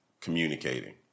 communicating